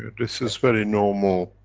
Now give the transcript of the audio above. this is very normal,